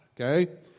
okay